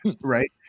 right